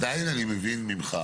לא, אבל עדיין אני מבין ממך